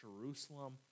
Jerusalem